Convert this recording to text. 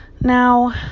Now